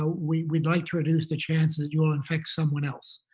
ah we'd we'd like to reduce the chance that you will infect someone else.